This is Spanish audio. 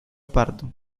pardo